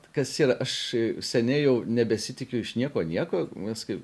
kas čia yra aš seniai jau nebesitikiu iš nieko nieko nes kai